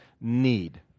need